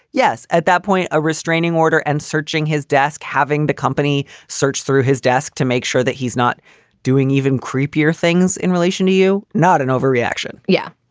yes. at that point, a restraining order and searching his desk, having the company search through his desk to make sure that he's not doing even creepier things in relation to you. not an overreaction. yeah.